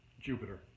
Jupiter